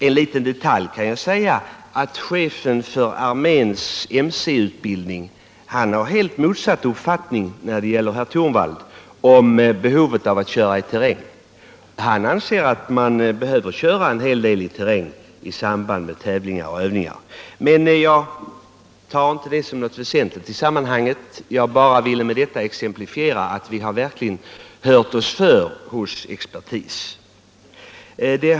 En liten detalj: Chefen för arméns mc-utbildning har helt motsatt uppfattning mot herr Torwald när det gäller behovet av att köra i terräng. Han anser att man behöver köra en hel del i terräng i samband med tävlingar och övningar. Jag betraktar inte det som något väsentligt i sammanhanget, men jag ville med detta exemplifiera att vi verkligen har hört oss för hos expertis.